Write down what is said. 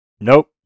Nope